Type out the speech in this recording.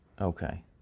okay